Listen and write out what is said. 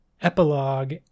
epilogue